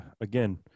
again